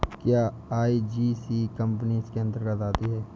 क्या GIC company इसके अन्तर्गत आती है?